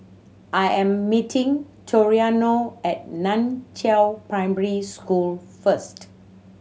I am meeting Toriano at Nan Chiau Primary School first